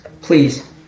Please